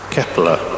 Kepler